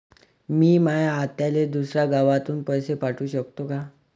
मी माया आत्याले दुसऱ्या गावातून पैसे पाठू शकतो का?